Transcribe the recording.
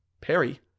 Perry